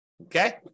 okay